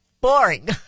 boring